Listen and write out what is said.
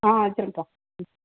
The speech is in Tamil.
ஆ வெச்சிர்றேன்க்கா ம்